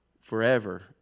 forever